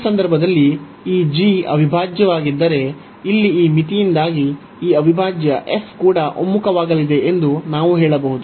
ಈ ಸಂದರ್ಭದಲ್ಲಿ ಈ g ಅವಿಭಾಜ್ಯವಾಗಿದ್ದರೆ ಇಲ್ಲಿ ಈ ಮಿತಿಯಿಂದಾಗಿ ಈ ಅವಿಭಾಜ್ಯ f ಕೂಡ ಒಮ್ಮುಖವಾಗಲಿದೆ ಎಂದು ನಾವು ಹೇಳಬಹುದು